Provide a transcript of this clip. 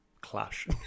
clash